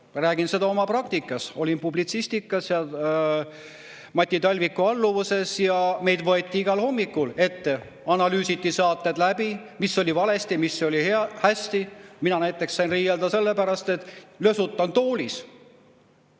räägin seda oma praktikast. Ma olin publitsistikas Mati Talviku alluvuses ja meid võeti igal hommikul ette, analüüsiti saated läbi, mis oli valesti ja mis oli hästi. Mina näiteks sain riielda sellepärast, et lösutan toolis